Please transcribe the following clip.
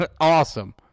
Awesome